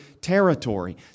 territory